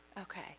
okay